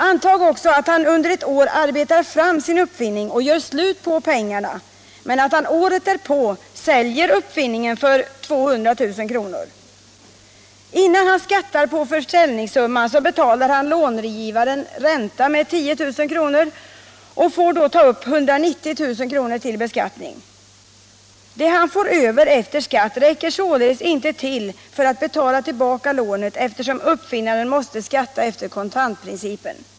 Antag också att han under ett år arbetar fram sin uppfinning och gör slut på pengarna, men att han året därpå säljer uppfinningen för 200 000 kr. Innan han skattar för försäljningssumman betalar han långivaren ränta med 10000 kr. och får ta upp 190 000 kr. till beskattning. Det han får över efter skatt räcker således inte till för att betala tillbaka lånet eftersom uppfinnaren måste skatta efter kontantprincipen.